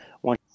one